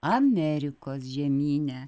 amerikos žemyne